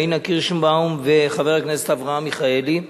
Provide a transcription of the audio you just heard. פאינה קירשנבאום ואברהם מיכאלי.